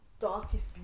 darkest